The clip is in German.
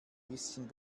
bisschen